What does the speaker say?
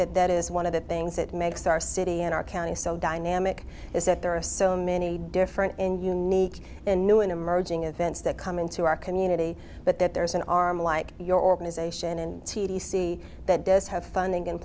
that that is one of the things that makes our city and our county so dynamic is that there are so many different and you need and new and emerging events that come into our community but that there's an arm like your organization and c d c that does have funding in